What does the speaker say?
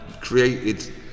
created